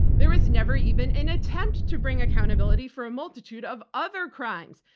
there was never even an attempt to bring accountability for a multitude of other crimes,